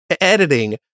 editing